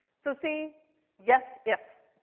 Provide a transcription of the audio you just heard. so say yes if,